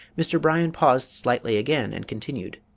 mr. bryan paused slightly again and continued